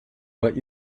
what